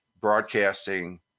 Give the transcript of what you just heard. broadcasting